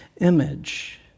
image